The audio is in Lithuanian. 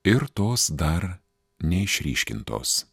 ir tos dar neišryškintos